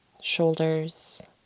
shoulders